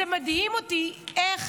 זה מדהים אותי איך